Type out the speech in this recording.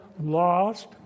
lost